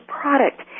product